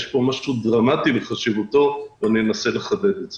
יש פה משהו דרמטי בחשיבותו ואני אנסה לחדד את זה.